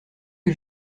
que